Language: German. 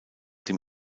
dem